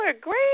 Great